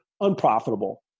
unprofitable